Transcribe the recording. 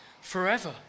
forever